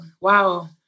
Wow